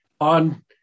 on